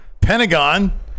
Pentagon